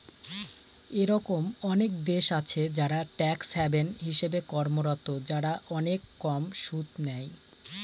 এরকম অনেক দেশ আছে যারা ট্যাক্স হ্যাভেন হিসেবে কর্মরত, যারা অনেক কম সুদ নেয়